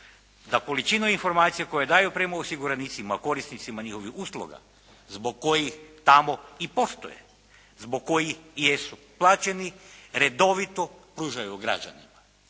da količinu informacija koje daju prema osiguranicima, korisnicima njihovih usluga zbog kojih tamo i postoje, zbog kojih jesu plaćeni redovito pružaju građanima.